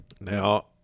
Now